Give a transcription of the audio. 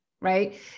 right